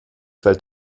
fällt